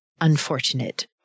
unfortunate